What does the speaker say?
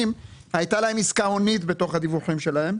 הייתה עסקה הונית בתוך הדיווחים שלהם,